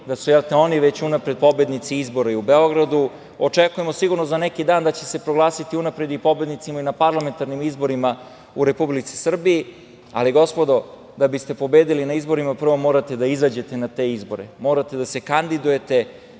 da su oni unapred pobednici izbora u Beogradu. Očekujemo sigurno za neki dan da će se proglasiti unapred i pobednicima na parlamentarnim izborima u Republici Srbiji, ali, gospodo, da biste pobedili na izborima prvo morate da izađete na te izbore, morate da se kandidujete,